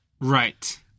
Right